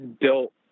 built